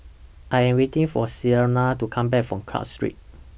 I Am waiting For Celena to Come Back from Club Street